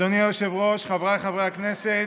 אדוני היושב-ראש, חבריי חברי הכנסת,